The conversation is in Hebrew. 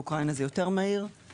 מאוקראינה זה מספר שבועות.